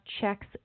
checks